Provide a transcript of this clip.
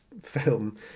film